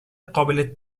قابل